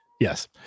Yes